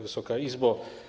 Wysoka Izbo!